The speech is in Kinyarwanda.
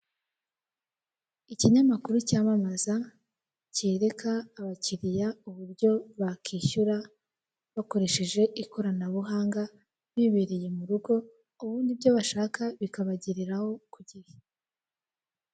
Ikinyamakuru cyamamaza, kereka abakiliya uburyo bakishyura bakoresheje ikoranabuhanga bibereye mu rugo, ubundi ibyo bashaka bikabagereraho ku gihe.